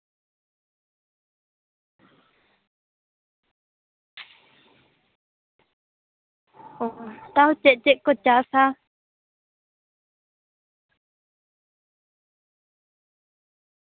ᱛᱟᱣ ᱪᱮᱫ ᱪᱮᱫ ᱠᱚ ᱪᱟᱥᱟ